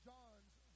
John's